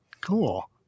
Cool